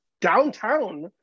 downtown